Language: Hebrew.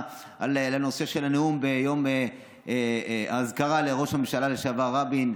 על הנושא של הנאום ביום האזכרה לראש הממשלה לשעבר רבין.